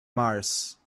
mars